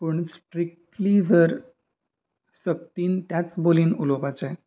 पूण स्ट्रिक्टली जर सक्तीन तेच बोलीन उलोवपाचें